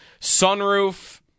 Sunroof